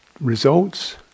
results